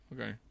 Okay